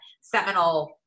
seminal